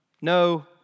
no